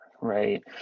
Right